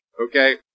okay